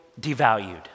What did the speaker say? devalued